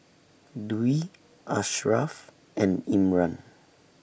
Dwi Asharaff and Imran